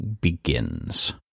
begins